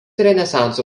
renesanso